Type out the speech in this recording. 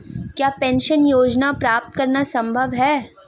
क्या पेंशन योजना प्राप्त करना संभव है?